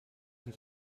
uns